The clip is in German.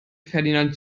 ferdinand